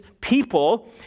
people